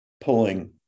pulling